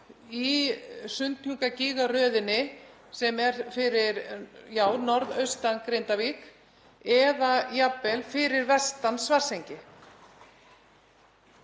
í Sundhnúkagígaröðinni sem er fyrir norðaustan Grindavík eða jafnvel fyrir vestan Svartsengi.